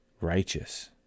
Righteous